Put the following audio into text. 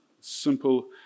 Simple